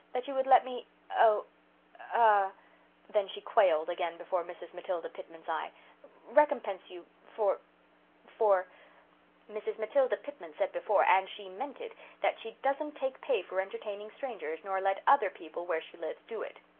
that you would let me oh ah then she quailed again before mrs. matilda pitman's eye recompense you for for mrs. matilda pitman said before and meant it that she doesn't take pay for entertaining strangers, nor let other people where she lives do it,